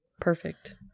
Perfect